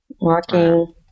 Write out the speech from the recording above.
Walking